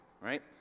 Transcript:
right